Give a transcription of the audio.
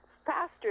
faster